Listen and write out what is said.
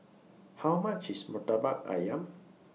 How much IS Murtabak Ayam